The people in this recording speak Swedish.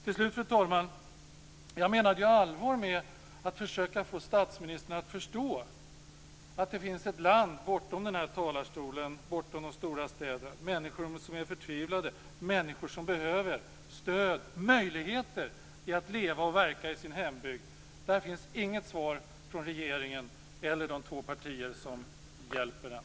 Till slut, fru talman, menade jag allvar med att försöka få statsministern att förstå att det finns ett land bortom den här talarstolen, bortom de stora städerna. Där finns människor som är förtvivlade, människor som behöver stöd och möjligheter att leva och verka i sin hembygd. Det finns inget svar från regeringen eller de två partier som hjälper den.